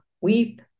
weep